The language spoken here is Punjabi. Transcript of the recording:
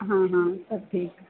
ਹਾਂ ਹਾਂ ਸਭ ਠੀਕ